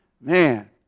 man